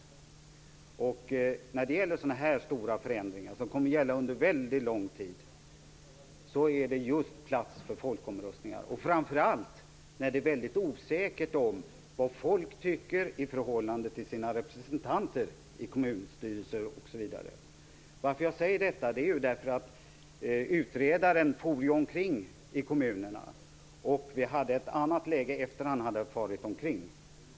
Det är just när det gäller sådana här stora förändringar, som kommer att gälla under lång tid, som det är plats för folkomröstningar och framför allt när det är osäkert vad människor tycker i förhållande till sina representanter i kommunstyrelser osv. Jag säger detta eftersom utredaren for omkring i kommunerna och vi hade ett annat läge efter det att han hade farit omkring.